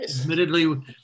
Admittedly